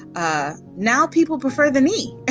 ah now, people prefer the knee.